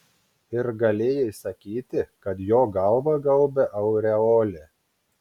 ir galėjai sakyti kad jo galvą gaubia aureolė